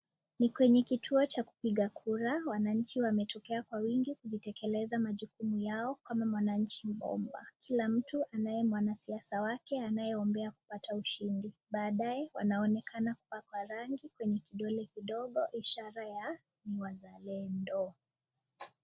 Ni kwenye kituo cha kupiga kura. Wananchi wametokea kwa wingi kuzitekeleza majukumu yao kama mwananchi bomba. Kila mtu anaye mwanasiasa wake anayeombea kupata ushindi. Baadaye wanaonekana kwa rangi kwenye kidole kidogo ishara ya wazalendo.